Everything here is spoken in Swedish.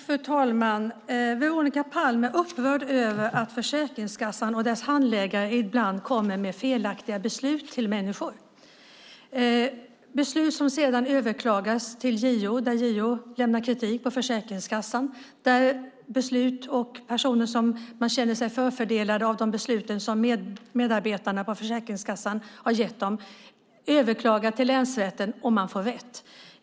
Fru talman! Veronica Palm är upprörd över att Försäkringskassan och dess handläggare ibland kommer med felaktiga beslut till människor. Det är beslut som överklagas till JO som riktar kritik mot Försäkringskassan. Människor som känner sig förfördelade av de beslut som medarbetare på Försäkringskassan har fattat överklagar till länsrätten och får rätt.